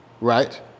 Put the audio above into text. right